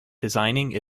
designing